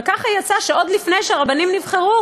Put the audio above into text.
וככה יצא שעוד לפני שהרבנים נבחרו,